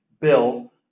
bill